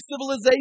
civilization